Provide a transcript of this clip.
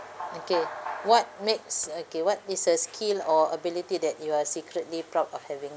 okay what makes okay what is a skill or ability that you are secretly proud of having